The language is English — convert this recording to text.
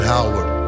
Howard